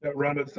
but rhonda,